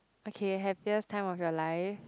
okay happiest time of your life